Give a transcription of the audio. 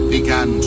Began